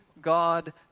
God